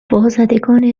وازدگان